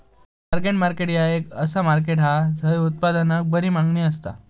target market ह्या असा market हा झय उत्पादनाक बरी मागणी असता